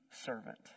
servant